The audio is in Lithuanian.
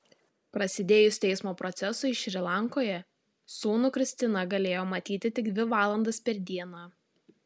prasidėjus teismo procesui šri lankoje sūnų kristina galėjo matyti tik dvi valandas per dieną